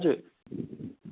हजुर